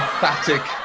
emphatic,